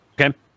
Okay